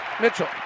Mitchell